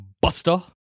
buster